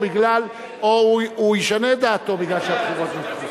או הוא ישנה את דעתו כי הבחירות נדחו.